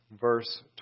verse